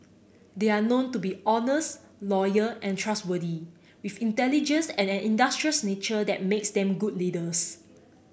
they are known to be honest loyal and trustworthy with intelligence and an industrious nature that makes them good leaders